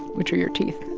which are your teeth